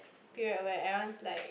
peer away I want like